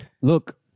Look